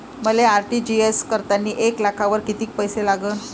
मले आर.टी.जी.एस करतांनी एक लाखावर कितीक पैसे लागन?